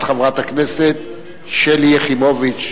את חברת הכנסת שלי יחימוביץ.